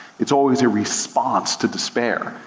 it's always a response to despair.